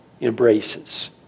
embraces